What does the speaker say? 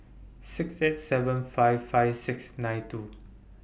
six eight seven five five six nine five